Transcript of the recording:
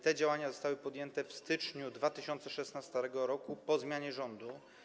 Te działania zostały podjęte w styczniu 2016 r., po zmianie rządu.